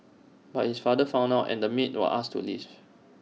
but his father found out and the maid was asked to leave